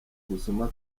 ubusuma